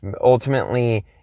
ultimately